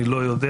אני לא יודע,